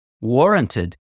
warranted